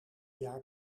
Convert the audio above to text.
jaar